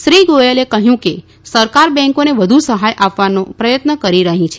શ્રી ગોયલે કહ્યું કે સરકાર બેંકોને વધુ સહાય આપવાનો પ્રથત્ન કરી રહી છે